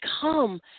come